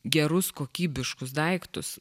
gerus kokybiškus daiktus